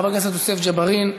חבר הכנסת יוסף ג'בארין.